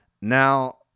Now